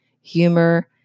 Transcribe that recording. humor